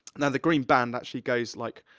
now, the green band actually goes, like,